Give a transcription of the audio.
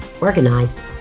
organized